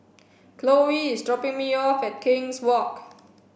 Cloe is dropping me off at King's Walk